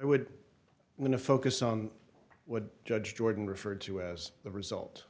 i would going to focus on what judge jordan referred to as the result